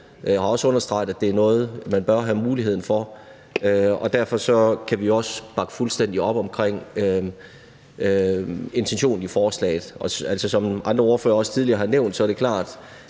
Råd har også understreget, at det er noget, man bør have mulighed for – og derfor kan vi også bakke fuldstændig op om intentionen i forslaget. Som andre ordførere også tidligere har nævnt, er det klart,